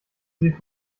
sie